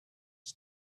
its